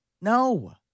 No